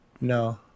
No